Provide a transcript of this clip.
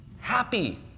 Happy